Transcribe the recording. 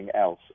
else